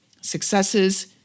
successes